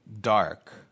dark